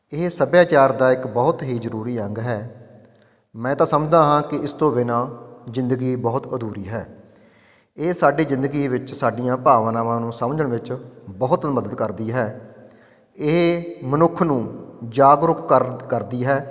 ਇਹ ਸੱਭਿਆਚਾਰ ਦਾ ਇੱਕ ਬਹੁਤ ਹੀ ਜ਼ਰੂਰੀ ਅੰਗ ਹੈ ਮੈਂ ਤਾਂ ਸਮਝਦਾ ਹਾਂ ਕਿ ਇਸ ਤੋਂ ਬਿਨਾਂ ਜ਼ਿੰਦਗੀ ਬਹੁਤ ਅਧੂਰੀ ਹੈ ਇਹ ਸਾਡੀ ਜ਼ਿੰਦਗੀ ਵਿੱਚ ਸਾਡੀਆਂ ਭਾਵਨਾਵਾਂ ਨੂੰ ਸਮਝਣ ਵਿੱਚ ਬਹੁਤ ਮਦਦ ਕਰਦੀ ਹੈ ਇਹ ਮਨੁੱਖ ਨੂੰ ਜਾਗਰੂਕ ਕਰ ਕਰਦੀ ਹੈ